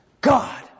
God